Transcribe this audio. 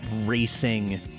racing